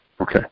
Okay